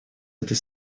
этой